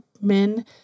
men